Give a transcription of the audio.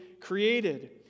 created